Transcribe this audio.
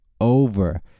over